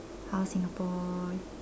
how Singapore